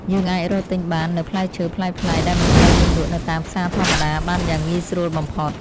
យើងអាចរកទិញបាននូវផ្លែឈើប្លែកៗដែលមិនសូវមានលក់នៅតាមផ្សារធម្មតាបានយ៉ាងងាយស្រួលបំផុត។